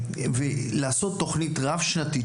לעשות תוכנית רב שנתית,